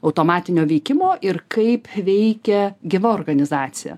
automatinio veikimo ir kaip veikia gyva organizacija